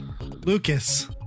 Lucas